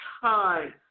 time